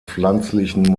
pflanzlichen